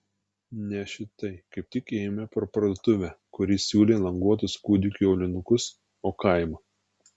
ne šitai kaip tik ėjome pro parduotuvę kuri siūlė languotus kūdikių aulinukus o kaimą